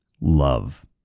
love